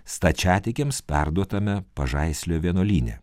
stačiatikiams perduotame pažaislio vienuolyne